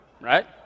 right